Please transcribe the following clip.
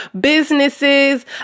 businesses